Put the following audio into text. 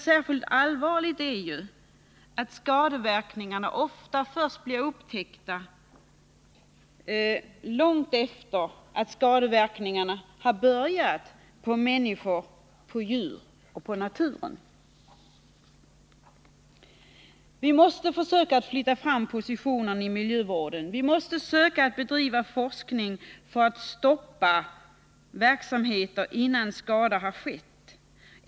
Särskilt allvarligt är att skadeverkningar ofta upptäcks först långt efter det att skadeverkningarna har börjat på människor, djur och natur. Vi måste flytta fram positionerna i miljövården, försöka bedriva forskning för att stoppa verksamhet innan skador har uppstått.